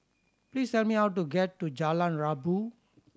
please tell me how to get to Jalan Rabu